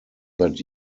that